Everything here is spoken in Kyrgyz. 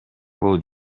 бул